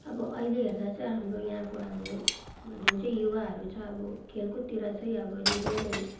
अब अहिले हेर्दा चाहिँ हाम्रो यहाँको अब जुन चाहिँ युवाहरू छ अब खेलकुदतिर चाहिँ अब निकै नै